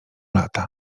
lata